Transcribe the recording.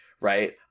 right